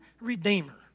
redeemer